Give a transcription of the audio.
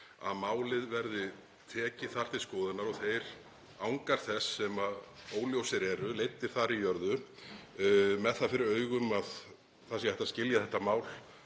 að málið verði tekið þar til skoðunar og þeir angar þess sem óljósir eru leiddir þar í jörðu með það fyrir augum að það sé hægt að draga línu í